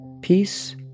Peace